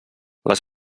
les